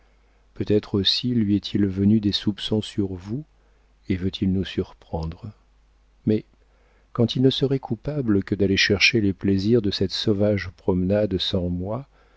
peut-être aussi lui est-il venu des soupçons sur vous et veut-il nous surprendre mais quand il ne serait coupable que d'aller chercher les plaisirs de cette sauvage promenade sans moi